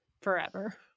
forever